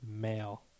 male